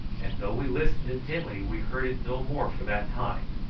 and though we listened intently we heard it no more for that time,